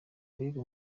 mbega